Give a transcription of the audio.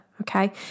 Okay